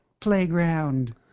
playground